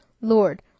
Lord